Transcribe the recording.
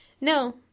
No